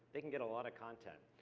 they can get a lot of content.